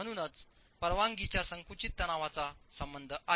म्हणूनच परवानगीच्या संकुचित तणावाचा संबंध आहे